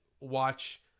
watch